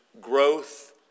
growth